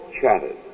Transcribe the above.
chatted